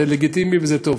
זה לגיטימי וזה טוב.